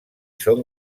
són